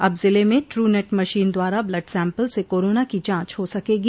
अब जिले में ट्रू नेट मशीन द्वारा ब्लड सैंपल से कोरोना की जाँच हो सकेगी